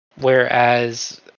whereas